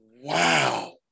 Wow